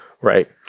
Right